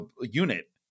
unit